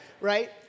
right